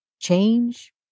change